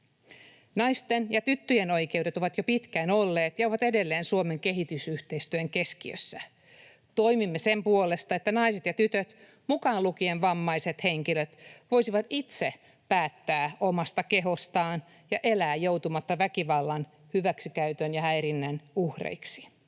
Naisten ja tyttöjen oikeudet ovat jo pitkään olleet ja ovat edelleen Suomen kehitysyhteistyön keskiössä. Toimimme sen puolesta, että naiset ja tytöt, mukaan lukien vammaiset henkilöt, voisivat itse päättää omasta kehostaan ja elää joutumatta väkivallan, hyväksikäytön ja häirinnän uhreiksi.